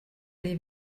les